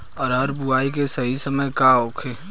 अरहर बुआई के सही समय का होखे?